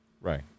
Right